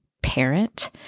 parent